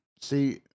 See